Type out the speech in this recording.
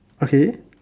okay